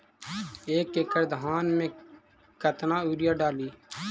एक एकड़ धान मे कतना यूरिया डाली?